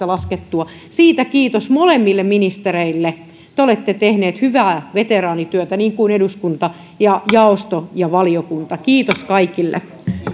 laskettua siitä kiitos molemmille ministereille te olette tehneet hyvää veteraanityötä niin kuin myös eduskunta ja jaosto ja valiokunta kiitos kaikille